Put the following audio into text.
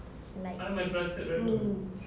like me